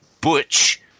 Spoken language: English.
butch